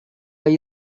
area